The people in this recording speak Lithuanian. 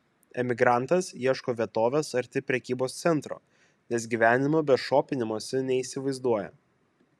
emigrantas ieško vietovės arti prekybos centro nes gyvenimo be šopinimosi neįsivaizduoja